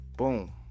Boom